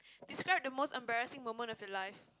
describe the most embarrassing moment of your life